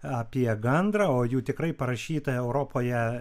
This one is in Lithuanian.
apie gandrą o jų tikrai parašyta europoje